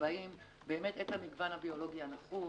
הבאים באמת את המגוון הביולוגי הנחוץ,